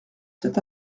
cet